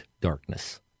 darkness